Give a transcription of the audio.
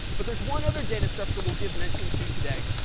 but there's one other data structure we'll give mentioned to today.